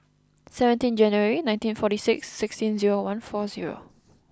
seventeen January nineteen forty six sixteen zero one four zero